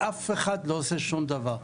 ואף אחד לא עושה שום דבר.